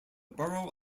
borough